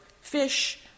fish